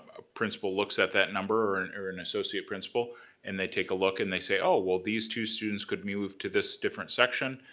a principal looks at that number, and or an associate principal and they take a look and they say, oh, well these two students could move to this different section.